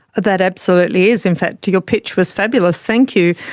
that absolutely is, in fact your pitch was fabulous, thank you.